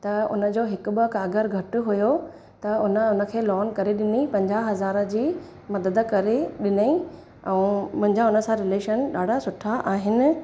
त उनजो हिकु ॿ क़ागर घटि हुयो त उन उनखे लॉन करे ॾिनी पंजाहु हज़ार जी मदद करे ॾिनई ऐं मुंहिंजा हुन सां रिलेशन ॾाढा सुठा आहिनि